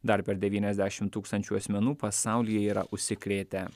dar per devyniasdešim tūkstančių asmenų pasaulyje yra užsikrėtę